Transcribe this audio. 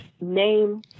name